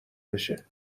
بشه